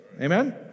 Amen